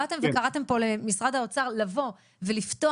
באתם וקראתם פה למשרד האוצר לבוא ולפתוח